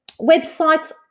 Websites